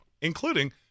including